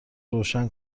روشن